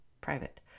private